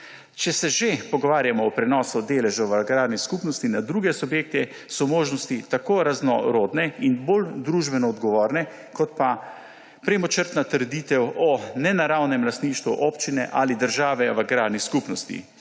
Če se že pogovarjamo o prenosu deležev v agrarni skupnosti na druge subjekte, so možnosti tako raznorodne in bolj družbeno odgovorne kot pa premočrtna trditev o nenaravnem lastništvu občine ali države v agrarni skupnosti.